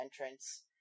entrance